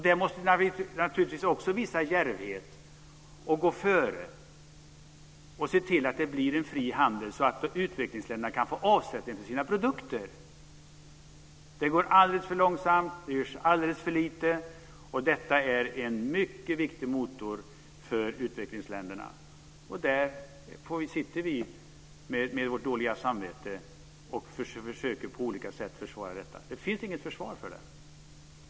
Där måste vi naturligtvis också visa djärvhet och gå före och se till att det blir en fri handel så att utvecklingsländerna kan få avsättning för sina produkter. Det går alldeles för långsamt. Det görs alldeles för lite. Detta är en mycket viktig motor för utvecklingsländerna. Där sitter vi med vårt dåliga samvete och försöker på olika sätt försvara detta. Det finns inget försvar för det.